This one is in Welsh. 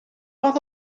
fath